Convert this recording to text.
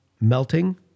melting